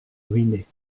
ruiné